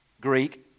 Greek